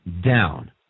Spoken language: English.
down